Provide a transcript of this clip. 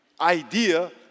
idea